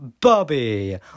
Bobby